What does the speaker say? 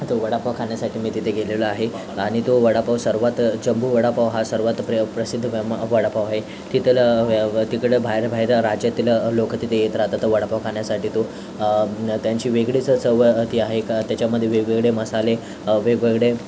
तो वडापाव खाण्यासाठी मी तिथे गेलेलो आहे आणि तो वडापाव सर्वात जम्बो वडापाव हा सर्वात प्र प्रसिद्ध म वडापाव आहे तिथलं तिकडं बाहेर बाहेर राज्यातील लोक तिथे येत राहतात वडापाव खाण्यासाठी तो त्यांची वेगळीच चव ती आहे एक त्याच्यामधे वेगवेगळे मसाले वेगवेगळे